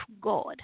God